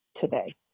today